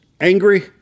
angry